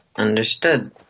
Understood